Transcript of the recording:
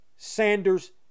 Sanders